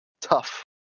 tough